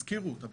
הזכירו אותה,